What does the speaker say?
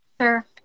Sure